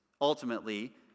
ultimately